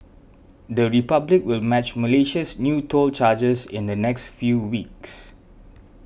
the Republic will match Malaysia's new toll charges in the next few weeks